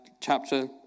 chapter